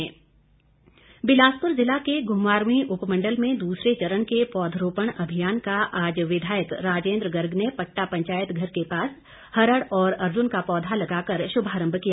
राजेन्द्र गर्ग बिलासपुर जिला के घुमारवीं उपमंडल में दूसरे चरण के पौधरोपण अभियान का आज विधायक राजेन्द्र गर्ग ने पट्टा पंचायत घर के पास हरड़ और अर्जुन का पौधा लगाकर शुभारंभ किया